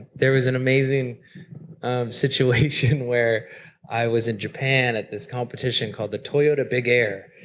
there was an amazing situation where i was in japan at this competition called the toyota big air,